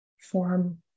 form